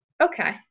Okay